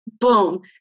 boom